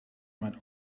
mijn